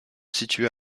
situé